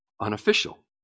unofficial